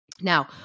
Now